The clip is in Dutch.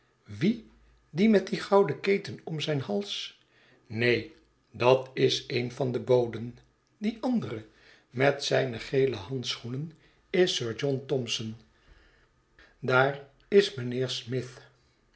wie die met die gouden keten om zijn hals neen dat is een van de boden die andere met zijne gele handschoenen is sir john thomson daar is mijnheer smith